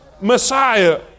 Messiah